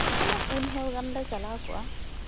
ᱟᱞᱮ ᱯᱩᱱ ᱦᱚᱲ ᱜᱟᱱ ᱞᱮ ᱪᱟᱞᱟᱣ ᱠᱚᱜᱼᱟ